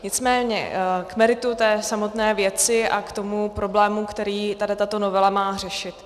Nicméně k meritu samotné věci a k tomu problému, který tato novela má řešit.